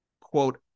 Quote